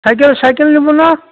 cycle cycle নিব না